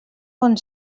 bon